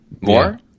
more